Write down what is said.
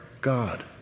God